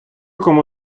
кому